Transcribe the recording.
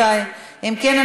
אם כן,